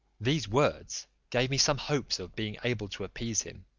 these words gave me some hopes of being able to appease him